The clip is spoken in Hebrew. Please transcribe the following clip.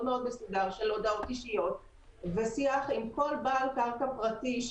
מסודר של הודעות אישיות ושיח עם כל בעל קרקע פרטית.